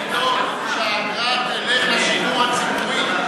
צריך לדאוג שהאגרה תלך לשידור הציבורי,